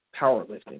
powerlifting